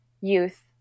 youth